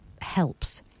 helps